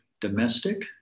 domestic